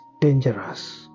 dangerous